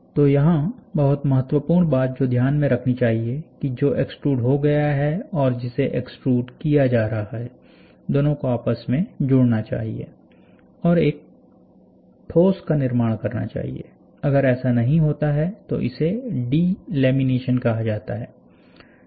तो यहां बहुत महत्वपूर्ण बात जो ध्यान में रखनी चाहिए कि जो एक्स्ट्रूड हो गया है और जिसे एक्स्ट्रूड किया जा रहा है दोनों को आपस में जुड़ना चाहिए और एक ठोस का निर्माण करना चाहिए अगर ऐसा नहीं होता है तो इसे डिलेमिनेशन कहा जाता है